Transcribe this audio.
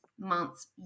Months